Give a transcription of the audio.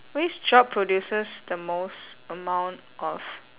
which job produces the most amount of